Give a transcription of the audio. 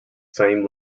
same